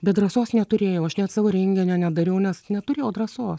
bet drąsos neturėjau aš net savo rengenio nedariau nes neturėjau drąsos